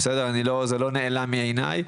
זה לא נעלם מעיניי,